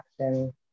action